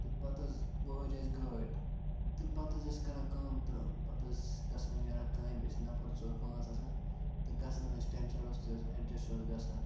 تہٕ پَتہٕ حظ وٲج اَسہِ گٲڑۍ تہٕ پَتہٕ حظ ٲسۍ کَران کٲم تہٕ پَتہٕ ٲسۍ گژھان نیران کامہِ أسۍ نَفَر ژور پانٛژھ آسان تہٕ گژھان ٲسۍ ٹٮ۪نشَن رُستُے اوس اٮ۪ڈجَسٹ اوس گژھان